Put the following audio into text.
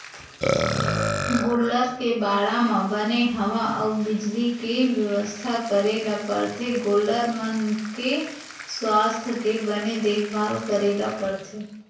गोल्लर के बाड़ा म बने हवा अउ बिजली के बेवस्था करे ल परथे गोल्लर मन के सुवास्थ के बने देखभाल करे ल परथे